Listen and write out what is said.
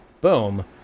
Boom